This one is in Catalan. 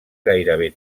gairebé